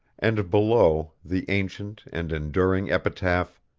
and below, the ancient and enduring epitaph